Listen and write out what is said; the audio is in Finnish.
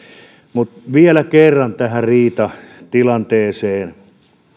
mutta vielä kerran tähän riitatilanteeseen